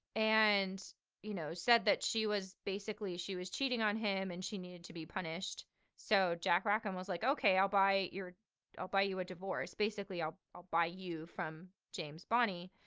and you know, said that she was basically, she was cheating on him and she needed to be punished so jack rackham was like, okay, i'll buy, i'll buy you a divorce' basically, i'll i'll buy you from james bonny.